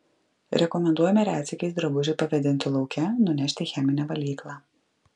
rekomenduojame retsykiais drabužį pavėdinti lauke nunešti į cheminę valyklą